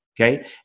okay